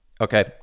Okay